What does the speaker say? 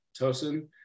Tosin